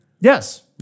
Yes